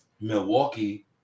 Milwaukee